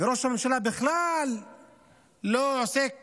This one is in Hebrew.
וראש הממשלה בכלל לא עוסק